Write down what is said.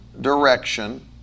direction